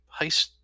heist